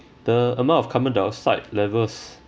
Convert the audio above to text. the amount of carbon dioxide levels